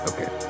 Okay